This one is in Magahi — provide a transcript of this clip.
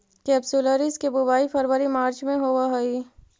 केपसुलरिस के बुवाई फरवरी मार्च में होवऽ हइ